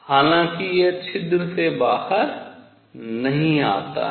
हालांकि यह छिद्र से बाहर नहीं आता है